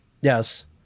Yes